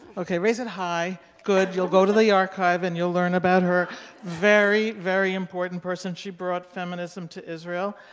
okay, just raise it high. good, you'll go to the archive and you'll learn about her very, very important person, she brought feminism to israel.